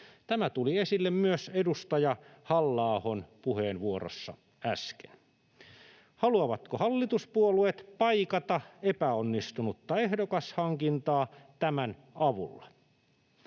Tämä tuli esille myös edustaja Halla-ahon puheenvuorossa äsken. Haluavatko hallituspuolueet paikata epäonnistunutta ehdokashankintaa tämän avulla?